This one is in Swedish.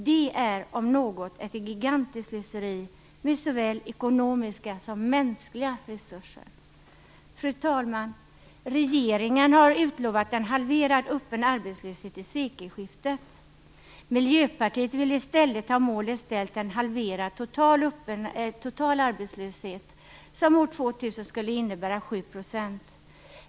Det är, om något, ett gigantiskt slöseri med såväl ekonomiska som mänskliga resurser. Fru talman! Regeringen har utlovat en halverad öppen arbetslöshet till sekelskiftet. Miljöpartiet vill i stället ha målet ställt till en halverad total arbetslöshet, som år 2000 skulle innebära 7 %.